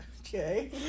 Okay